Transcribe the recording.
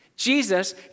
Jesus